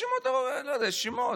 יש שמות, לא יודע, יש שמות.